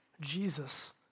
Jesus